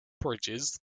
bridges